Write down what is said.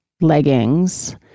leggings